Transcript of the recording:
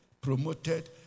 promoted